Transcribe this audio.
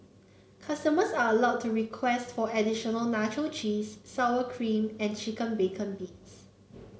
customers are allowed to request for additional nacho cheese sour cream and chicken bacon bits